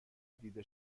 دیده